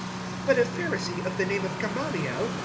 but a pharisee of the name of gamaliel,